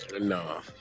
No